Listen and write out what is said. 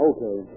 Okay